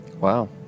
Wow